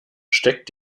steckt